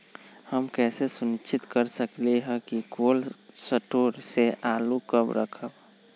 हम कैसे सुनिश्चित कर सकली ह कि कोल शटोर से आलू कब रखब?